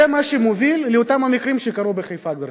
זה מה שמוביל לאותם המקרים שקרו בחיפה, גברתי.